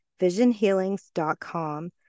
visionhealings.com